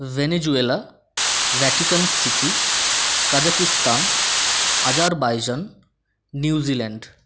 Venezuela Vatican city Kazakhstan Azerbaijan New Zealand